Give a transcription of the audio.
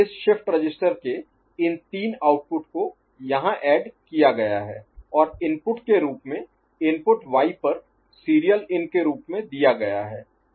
इस shift register के इन तीन आउटपुट को यहाँ ऐड किया गया है और इनपुट के रूप में इनपुट y पर सीरियल इन के रूप में दिया गया है